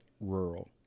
rural